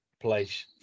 place